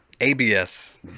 ABS